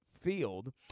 Field